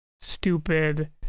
stupid